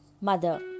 Mother